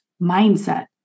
mindset